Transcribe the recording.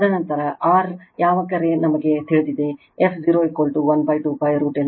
ತದನಂತರ R ಯಾವ ಕರೆ ನಮಗೆ ತಿಳಿದಿದೆ f012π √L C